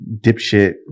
dipshit